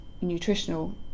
nutritional